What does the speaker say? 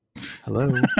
Hello